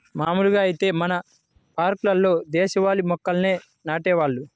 మాములుగా ఐతే మన పార్కుల్లో దేశవాళీ మొక్కల్నే నాటేవాళ్ళు